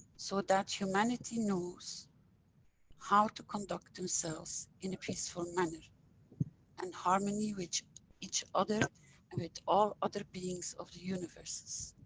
so that humanity knows how to conduct themselves in a peaceful manner and harmony with each each other and with all other beings of the universes.